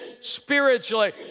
spiritually